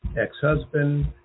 Ex-husband